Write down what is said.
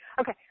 Okay